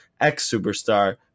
ex-superstar